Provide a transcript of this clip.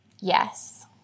Yes